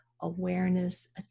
awareness